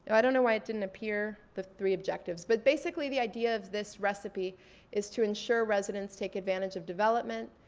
i don't know why it didn't appear, the three objectives. but basically the idea of this recipe is to ensure residents take advantage of development,